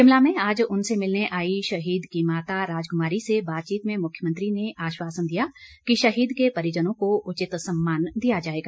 शिमला में आज उनसे मिलने आई शहीद की माता राजकुमारी से बातचीत में मुख्यमंत्री ने आश्वासन दिया कि शहीद के परिजनों को उचित सम्मान दिया जाएगा